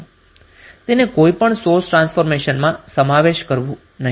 તે રસના ચોક્ક્સ એલિમેન્ટ ને કોઈપણ સોર્સ ટ્રાન્સફોર્મેશનમાં સમાવેશ કરવો જોઇએ નહીં